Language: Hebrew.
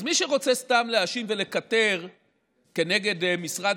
אז מי שרוצה סתם להאשים ולקטר נגד משרד